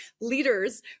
leaders